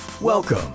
Welcome